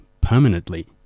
permanently